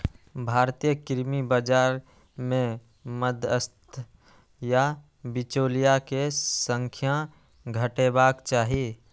भारतीय कृषि बाजार मे मध्यस्थ या बिचौलिया के संख्या घटेबाक चाही